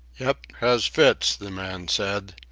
yep, has fits, the man said,